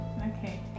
okay